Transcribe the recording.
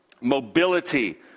mobility